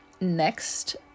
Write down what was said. next